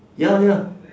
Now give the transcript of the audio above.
ya lah ya